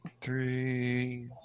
three